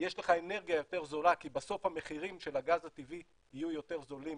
ויש לך אנרגיה יותר זולה כי בסוף המחירים של הגז הטבעי יהיו יותר זולים